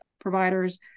providers